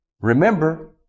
Remember